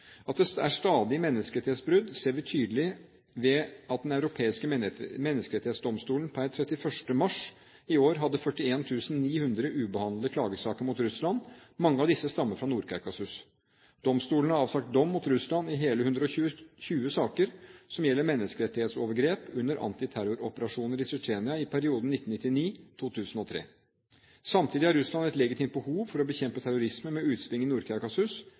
At det er stadige menneskerettighetsbrudd, ser vi tydelig ved at Den europeiske menneskerettighetsdomstol per 31. mars i år hadde 41 900 ubehandlede klagesaker mot Russland, mange av disse stammer fra Nord-Kaukasus. Domstolen har avsagt dom mot Russland i hele 120 saker som gjelder menneskerettighetsovergrep under antiterroroperasjoner i Tsjetsjenia i perioden 1999–2003. Samtidig har Russland et legitimt behov for å bekjempe terrorisme med utspring i